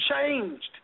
changed